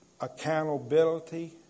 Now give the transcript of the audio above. accountability